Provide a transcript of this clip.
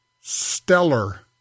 Stellar